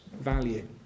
value